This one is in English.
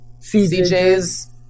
CJ's